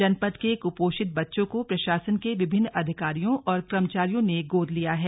जनपद के कुपोषित बच्चों को प्रशासन के विभिन्न अधिकारियों और कर्मचारियों ने गोद लिया है